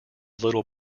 little